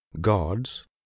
gods